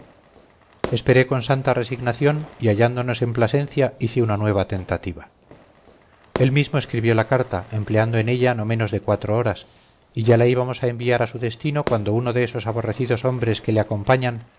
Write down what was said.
esperé con santa resignación y hallándonos en plasencia hice una nueva tentativa él mismo escribió la carta empleando en ella no menos de cuatro horas y ya la íbamos a enviar a su destino cuando uno de esos aborrecidos hombres que le acompañan